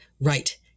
Right